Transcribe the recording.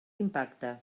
impacte